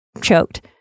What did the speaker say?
choked